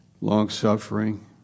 long-suffering